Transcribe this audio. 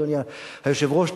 אדוני היושב-ראש,